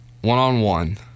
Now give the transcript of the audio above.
one-on-one